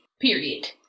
period